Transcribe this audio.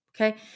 okay